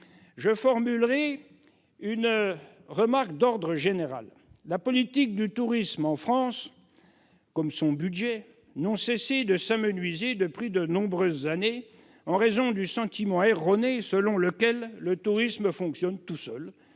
je formulerai une remarque d'ordre général. La politique du tourisme en France comme son budget ne cessent de s'amenuiser depuis de nombreuses années, en raison du sentiment erroné selon lequel « le tourisme fonctionne tout seul